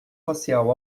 facial